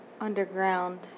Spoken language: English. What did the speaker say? underground